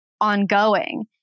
ongoing